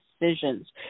decisions